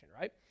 right